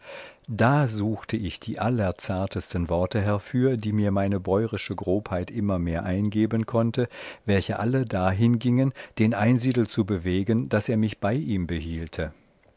da suchte ich die allerzartesten worte herfür die mir meine bäurische grobheit immer mehr eingeben konnte welche alle dahin giengen den einsiedel zu bewegen daß er mich bei ihm behielte